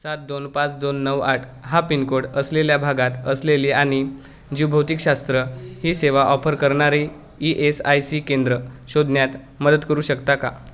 सात दोन पाच दोन नऊ आठ हा पिन कोड असलेल्या भागात असलेली आणि जीवभौतिकशास्त्र ही सेवा ऑफर करणारी ई एस आय सी केंद्र शोधण्यात मदत करू शकता का